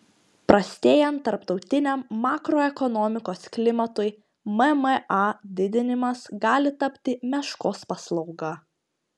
prastėjant tarptautiniam makroekonomikos klimatui mma didinimas gali tapti meškos paslauga